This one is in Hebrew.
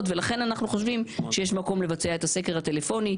ולכן אנחנו חושבים שיש מקום לבצע את הסקר הטלפוני,